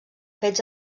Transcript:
fets